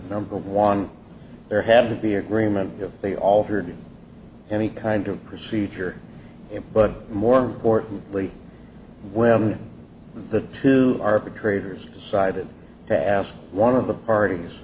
number one there had to be agreement if they altered any kind of procedure but more importantly when the two arbitrators decided to ask one of the parties